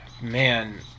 man